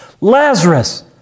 Lazarus